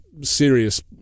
serious